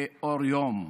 באור יום.